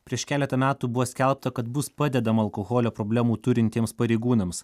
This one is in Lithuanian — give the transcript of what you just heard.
prieš keletą metų buvo skelbta kad bus padedama alkoholio problemų turintiems pareigūnams